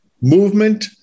movement